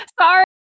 Sorry